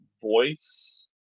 voice